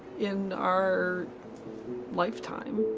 in our lifetime.